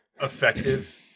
effective